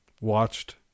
watched